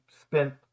spent